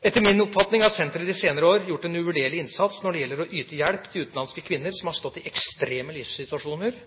Etter min oppfatning har senteret de senere år gjort en uvurderlig innsats når det gjelder å yte hjelp til utenlandske kvinner som har stått i ekstreme livssituasjoner